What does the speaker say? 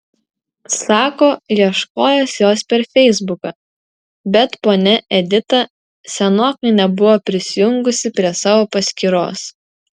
sako ieškojęs jos per feisbuką bet ponia edita senokai nebuvo prisijungusi prie savo paskyros